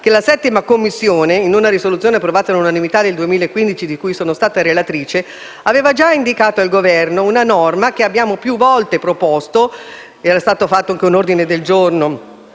la 7a Commissione, in una risoluzione approvata all'unanimità nel 2015, di cui sono stata relatrice, aveva già indicato al Governo, che abbiamo più volte proposto e su cui era stato presentato anche un ordine del giorno